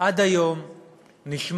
עד היום נשמר,